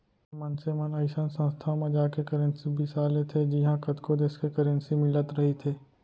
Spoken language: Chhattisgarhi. मनसे मन अइसन संस्था म जाके करेंसी बिसा लेथे जिहॉं कतको देस के करेंसी मिलत रहिथे